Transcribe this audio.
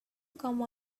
come